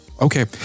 okay